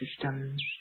systems